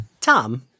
Tom